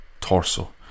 torso